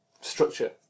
structure